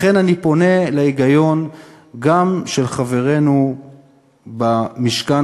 לכן אני פונה להיגיון גם של חברינו במשכן